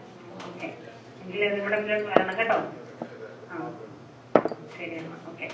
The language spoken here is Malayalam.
ഓക്കെ എങ്കിലും ഒന്ന് ഇവിടം വരെയൊന്ന് വരണം കേട്ടോ ആ ആ ആ ശരിയെന്നാൽ ഓക്കെ